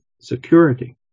security